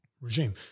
regime